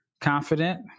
confident